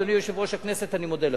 אדוני יושב-ראש הכנסת, אני מודה לך.